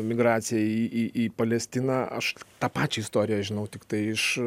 migraciją į į į palestiną aš tą pačią istoriją žinau tiktai iš